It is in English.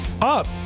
up